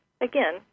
again